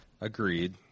Agreed